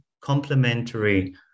complementary